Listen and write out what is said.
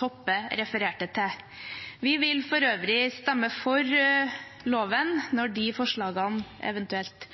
Toppe refererte til. Vi vil for øvrig stemme for loven når de forslagene eventuelt